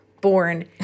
born